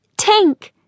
Tink